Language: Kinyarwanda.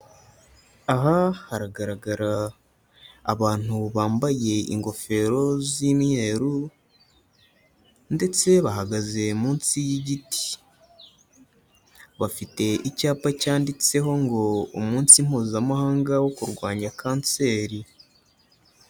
Aha haragaragara abantu bambaye ingofero z'imyeru ndetse bahagaze munsi y'igiti, bafite icyapa cyanditseho ngo umunsi mpuzamahanga wo kurwanya kanseri.